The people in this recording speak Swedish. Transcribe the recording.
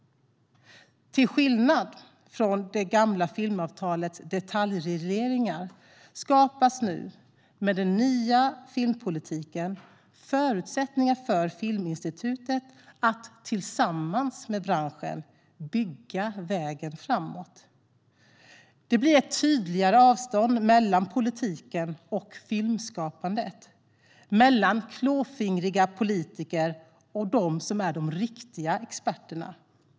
Till skillnad från det gamla filmavtalets detaljregleringar skapas med den nya filmpolitiken förutsättningar för Filminstitutet att tillsammans med branschen bygga vägen framåt. Det blir ett tydligare avstånd mellan politiken och filmskapandet, mellan klåfingriga politiker och de som är de riktiga experterna.